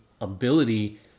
ability